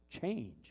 change